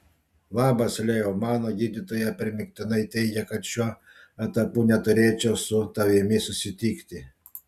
labas leo mano gydytoja primygtinai teigia kad šiuo etapu neturėčiau su tavimi susitikti